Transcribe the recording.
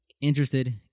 interested